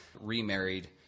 remarried